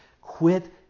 quit